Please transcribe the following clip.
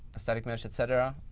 a static mesh et cetera.